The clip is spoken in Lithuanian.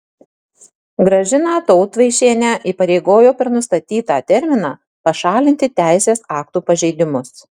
gražiną tautvaišienę įpareigojo per nustatytą terminą pašalinti teisės aktų pažeidimus